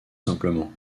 simplement